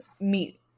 meet –